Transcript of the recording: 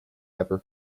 ever